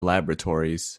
laboratories